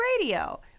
radio